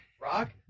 Rock